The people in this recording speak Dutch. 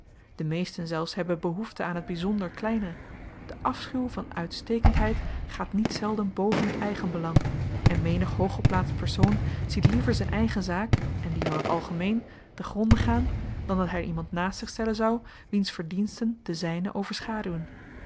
de meesten zelfs hebben behoefte aan t byzonder kleine de afschuw van uitstekendheid gaat niet zelden boven t eigenbelang en menig hooggeplaatst persoon ziet liever z'n eigen zaak en die van t algemeen te gronde gaan dan dat hy iemand naast zich stellen zou wiens verdiensten de zyne overschaduwen